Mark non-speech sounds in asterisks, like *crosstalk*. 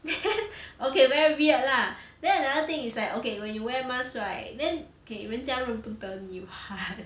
then *laughs* okay very weird lah then another thing is like okay when you wear mask right then okay 人家认不得你 [what]